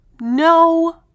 no